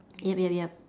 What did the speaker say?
yup yup yup